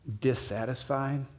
dissatisfied